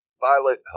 Violet